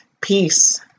Peace